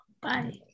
Bye